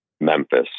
Memphis